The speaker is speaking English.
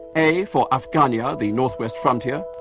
a for afghania, the north-west frontier,